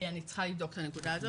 אני צריכה לבדוק את הנקודה הזאת,